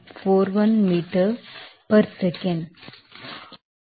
41 meter per second